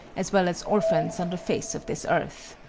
as well as orphans on the face of this earth.